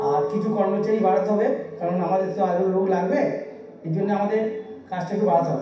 আর কিচু কর্মচারী বাড়াতে হবে কারণ আমাদের তো আরো লোক লাগবে এর জন্যে আমাদের কাজটা একটু বাড়াতে হবে